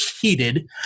heated